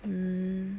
mm